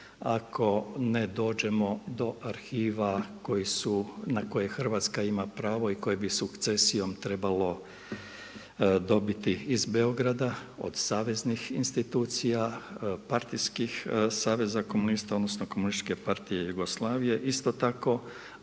ako ne dođemo do arhiva na koje Hrvatska ima pravo i koje bi sukcesijom trebalo dobiti iz Beograda od saveznih institucija, partijskih saziva komunista, odnosno komunističke partije Jugoslavije isto tako